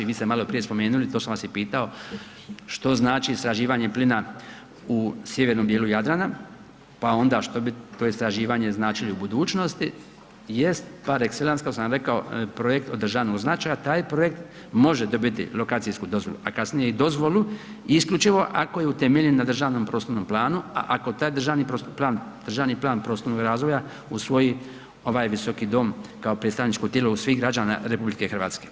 Vi ste malo prije spomenuli, to sam vas i pitao, što znači istraživanje plina u sjevernom dijelu Jadrana, pa onda što bi to istraživanje značilo u budućnosti, jest par exelance kada sam rekao projekt od državnog značaja, taj projekt može dobiti lokacijsku dozvolu a kasnije i dozvolu isključivo ako je utemeljen na državnom prostornom planu, a ako taj državni plan prostornog razvoja usvoji ovaj visoki dom kao predstavničko tijelo svih građana Republike Hrvatske.